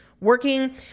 working